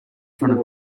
front